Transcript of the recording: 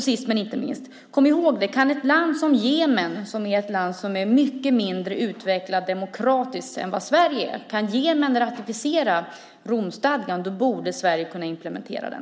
Sist men inte minst: Om ett land som Jemen, som är mycket mindre utvecklat demokratiskt sett än vad Sverige är, kan ratificera Romstadgan borde Sverige kunna implementera den.